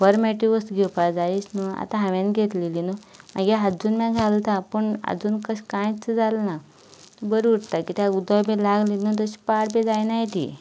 बरें मेळटा ती वस्त घेवपा जायीच न्हू आतां हांवें घेतलेली न्हय म्हागे आजून म्हणल्या घालता पूण आजून तशें कांयच जालें ना बरीं उरताय किद्या उदक बीन लागले न्हू तशी पाड बी जायनाय तीं